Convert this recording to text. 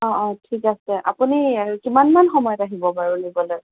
অঁ অঁ ঠিক আছে আপুনি কিমানমান সময়ত আহিব বাৰু নিবলৈ